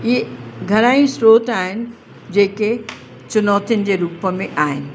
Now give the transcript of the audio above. इहे घणा ई स्रोत आहिनि जेके चुनौतियुनि जे रूप में आहिनि